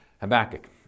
Habakkuk